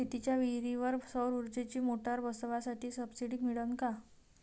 शेतीच्या विहीरीवर सौर ऊर्जेची मोटार बसवासाठी सबसीडी मिळन का?